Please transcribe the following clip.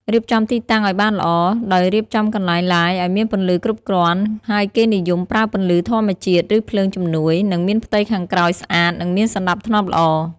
រៀបចំទីតាំងឲ្យបានល្អ ដោយរៀបចំកន្លែង Live ឲ្យមានពន្លឺគ្រប់គ្រាន់ ហើយគេនិយមប្រើពន្លឺធម្មជាតិ ឬភ្លើងជំនួយ និងមានផ្ទៃខាងក្រោយស្អាត និងមានសណ្តាប់ធ្នាប់ល្អ។